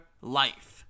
life